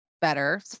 better